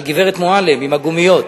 על הגברת מועלם, עם הגומיות,